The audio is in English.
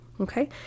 okay